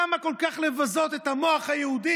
למה כל כך לבזות את המוח היהודי?